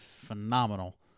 phenomenal